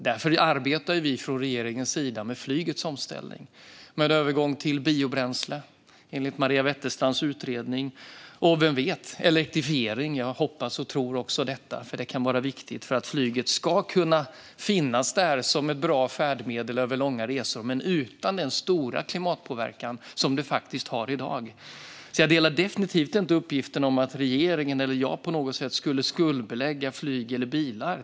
Därför arbetar vi från regeringens sida med flygets omställning, med övergång till biobränsle enligt Maria Wetterstrands utredning och kanske med elektrifiering. Vem vet? Jag hoppas och tror också på detta, för det kan vara viktigt för att flyget ska kunna finnas där som ett bra färdmedel på långa resor - utan den stora klimatpåverkan som det faktiskt har i dag. Jag delar definitivt inte åsikten att regeringen eller jag på något sätt skulle skuldbelägga flyg eller bilar.